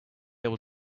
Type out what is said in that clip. able